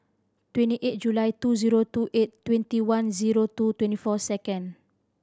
twenty eight July two zero two eight twenty one zero two twenty four second